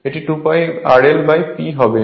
এটি 2 π rl P হবে